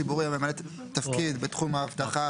גוף ציבורי הממלא תפקיד בתחום האבטחה,